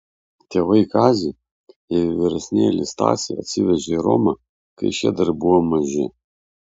tėvai kazį ir vyresnėlį stasį atsivežė į romą kai šie dar buvo maži